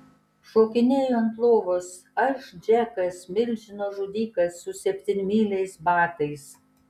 šokinėju ant lovos aš džekas milžino žudikas su septynmyliais batais